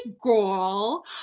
girl